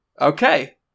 Okay